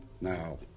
Now